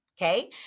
Okay